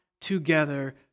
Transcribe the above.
together